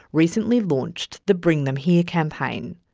recently launched the bring them here campaign.